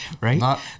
Right